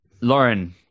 Lauren